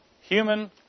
human